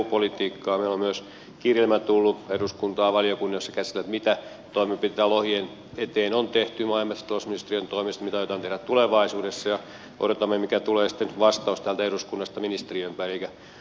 meillä on myös tullut eduskuntaan valiokuntaan kirjelmä jossa käsitellään mitä toimenpiteitä lohien eteen on tehty maa ja metsätalousministeriön toimesta mitä aiotaan tehdä tulevaisuudessa ja odotamme mikä vastaus tulee sitten täältä eduskunnasta ministeriöön päin